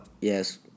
Yes